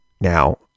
Now